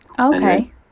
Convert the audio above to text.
Okay